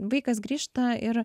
vaikas grįžta ir